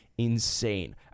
insane